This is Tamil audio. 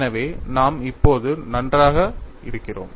எனவே நாம் இப்போது நன்றாக இருக்கிறோம்